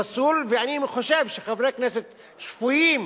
פסול, ואני חושב שחברי כנסת שפויים,